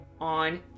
on